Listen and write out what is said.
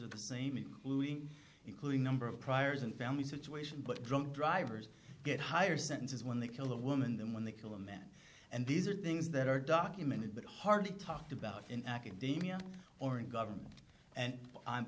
including including number of priors and family situation but drunk drivers get higher sentences when they kill a woman than when they kill a man and these are things that are documented but hardly talked about in academia or in government and i'm